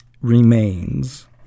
remains